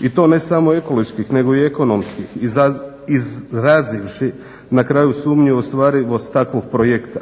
i to ne samo ekoloških nego i ekonomskih izrazivši na kraju sumnje u ostvarivost takvog projekta.